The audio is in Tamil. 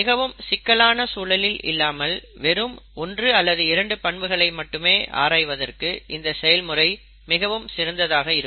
மிகவும் சிக்கலான சூழலில் இல்லாமல் வெறும் ஒன்று அல்லது இரண்டு பண்புகளை மட்டும் ஆராய்வதற்கு இந்த செயல்முறை மிகவும் சிறந்ததாக இருக்கும்